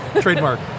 Trademark